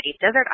desert